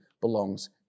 belongs